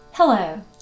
Hello